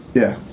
yeah.